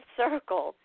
circle